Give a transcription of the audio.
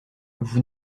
vous